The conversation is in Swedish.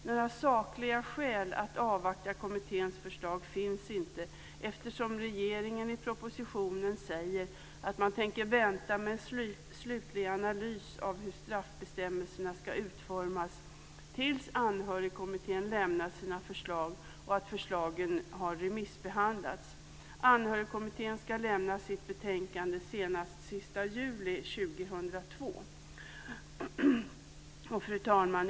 Några sakliga skäl att avvakta kommitténs förslag finns inte, eftersom regeringen i propositionen säger att man tänker vänta med en slutlig analys av hur straffbestämmelserna ska utformas tills Anhörigkommittén lämnat sina förslag och förslagen har remissbehandlats. Anhörigkommittén ska lämna sitt betänkande senast den sista juli 2002. Fru talman!